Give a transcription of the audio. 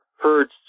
heard